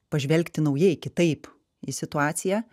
pažvelgti naujai kitaip į situaciją